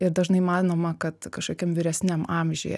ir dažnai manoma kad kažkokiam vyresniam amžiuje